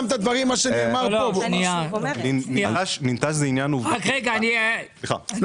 ננטש זה עניין --- ינון,